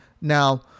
Now